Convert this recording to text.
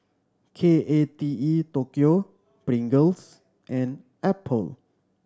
K A T E Tokyo Pringles and Apple